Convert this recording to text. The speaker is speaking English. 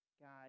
God